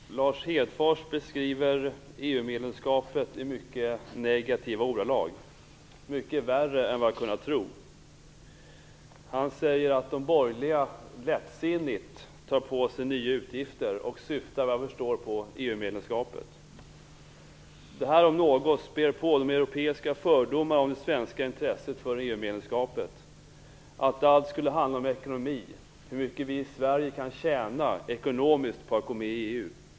Herr talman! Lars Hedfors beskriver EU medlemskapet i mycket negativa ordalag - mycket värre än vad jag hade kunnat tro. Han säger att de borgerliga lättsinnigt tar på sig nya utgifter och syftar vad jag förstår på EU-medlemskapet. Detta om något späder på de europeiska fördomarna om det svenska intresset för EU-medlemskapet, dvs. att allt skulle handla om ekonomi och om hur mycket vi i Sverige kan tjäna ekonomiskt på att gå med i EU.